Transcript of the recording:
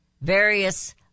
various